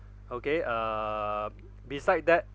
okay err beside that